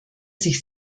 sich